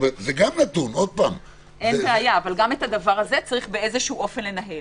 אבל גם את זה צריך לנהל.